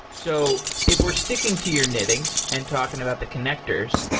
so if we're sticking to your knitting and talking about the connectors,